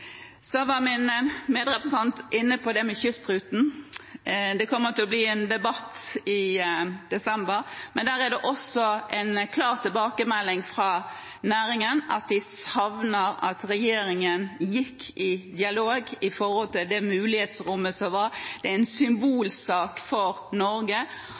Min medrepresentant var inne på det med kystruten. Det kommer til å bli en debatt om den i desember. Men der er det også en klar tilbakemelding fra næringen at de savner at regjeringen gikk i dialog når det gjelder det mulighetsrommet som var en symbolsak for Norge,